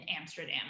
Amsterdam